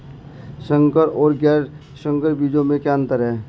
संकर और गैर संकर बीजों में क्या अंतर है?